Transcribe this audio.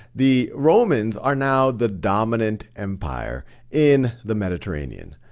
the romans are now the dominant empire in the mediterranean.